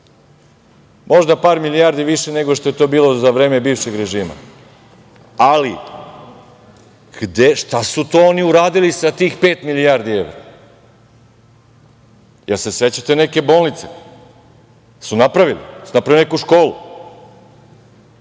Možda par milijardi više nego što je to bilo za vreme bivšeg režima. Ali, šta su oni uradili sa tih pet milijardi evra? Jel se sećate neke bolnice, jesu li napravili? Jesu li napravili neku školu?